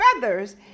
feathers